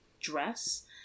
dress